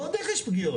ועוד איך יש פגיעות.